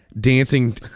dancing